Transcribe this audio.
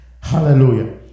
Hallelujah